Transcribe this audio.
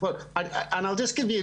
אם כן,